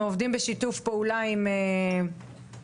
אנחנו עובדים בשיתוף פעולה עם הרבה